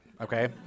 okay